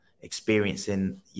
experiencing